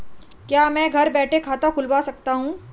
क्या मैं घर बैठे खाता खुलवा सकता हूँ?